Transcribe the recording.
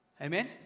Amen